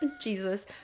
Jesus